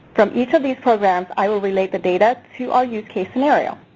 from each of these programs, i will relate the data to our use case scenario.